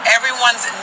everyone's